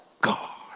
God